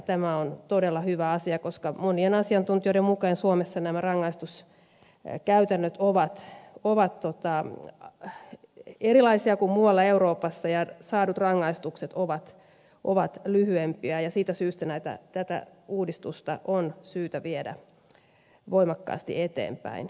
tämä on todella hyvä asia koska monien asiantuntijoiden mukaan suomessa nämä rangaistuskäytännöt ovat erilaisia kuin muualla euroopassa ja saadut rangaistukset ovat lyhyempiä ja siitä syystä tätä uudistusta on syytä viedä voimakkaasti eteenpäin